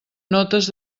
notes